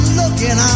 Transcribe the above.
looking